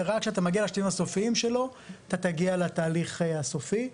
ורק כשאתה מגיע לשלבים הסופיים שלו אתה מגיע לתהליך הסופי.